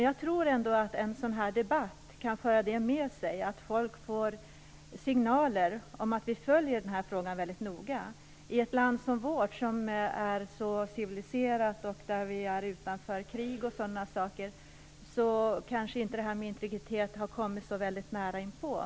Jag tror att en sådan här debatt kan föra med sig att folk får signaler om att vi följer frågan väldigt noga. I vårt civiliserade land som står utanför krig o.d. har kanske frågan om integritet inte kommit så nära inpå.